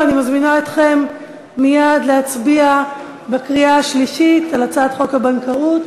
אני מזמינה אתכם מייד להצביע בקריאה השלישית על הצעת חוק הבנקאות